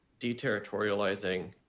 deterritorializing